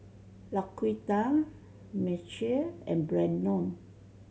Laquita Mechelle and Brannon